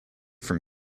from